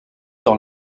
dans